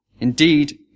Indeed